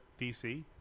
DC